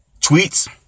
Tweets